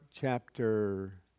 chapter